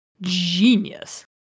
genius